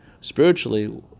spiritually